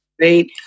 right